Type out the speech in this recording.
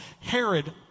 Herod